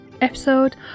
episode